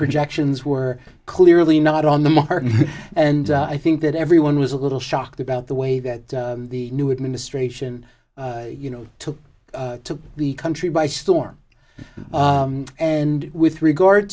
projections were clearly not on the market and i think that everyone was a little shocked about the way that the new administration you know took to the country by storm and with regard